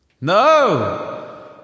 No